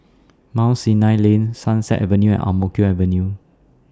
Mount Sinai Lane Sunset Avenue and Ang Mo Kio Avenue